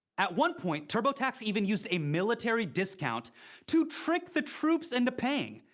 at one point, turbotax even used a military discount to trick the troops into paying!